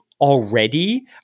already